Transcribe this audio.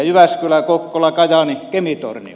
jyväskylä kokkola kajaani kemi tornio